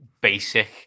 basic